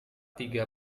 tiga